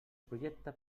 projecte